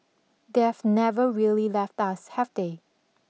they have never really left us have they